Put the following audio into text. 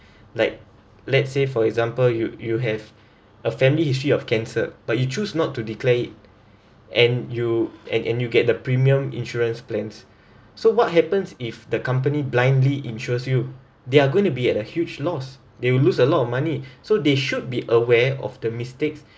like let's say for example you you have a family history of cancer but you choose not to declare it and you and and you get the premium insurance plans so what happens if the company blindly insures you they are going to be at a huge loss they will lose a lot of money so they should be aware of the mistakes